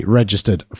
registered